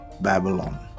Babylon